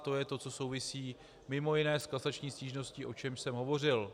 To je to, co souvisí mimo jiné s kasační stížností, o čemž jsem hovořil.